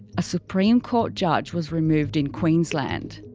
a supreme court judge was removed in queensland.